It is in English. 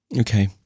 Okay